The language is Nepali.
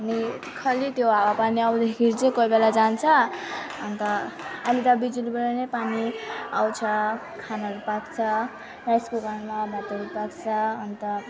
अनि खालि त्यो हावापानी आउँदाखेरि चाहिँ कोही बेला जान्छ अन्त अहिले त बिजुलीबाट नै पानी आउँछ खानाहरू पाक्छ राइस कुकरमा भातहरू पाक्छ अन्त